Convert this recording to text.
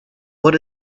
what